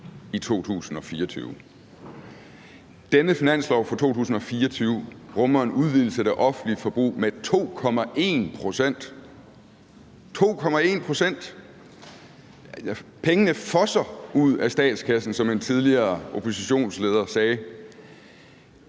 forslag til finanslov for 2024 rummer en udvidelse af det offentlige forbrug med 2,1 pct. – 2,1 pct.! Pengene fosser ud af statskassen, som en tidligere oppositionsleder sagde.